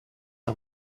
are